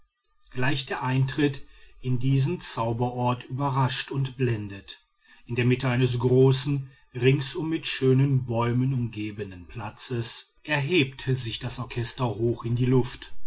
gleich der eintritt in diesen zauberort überrascht und blendet in der mitte eines großen ringsum mit schönen bäumen umgebenen platzes erhebt sich das orchester hoch in die luft